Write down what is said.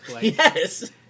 Yes